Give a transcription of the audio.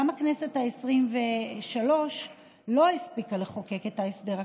גם הכנסת העשרים-ושלוש לא הספיקה לחוקק את ההסדר הכללי,